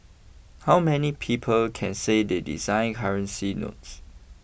how many people can say they designed currency notes